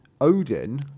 Odin